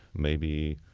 maybe